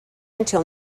until